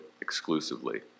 exclusively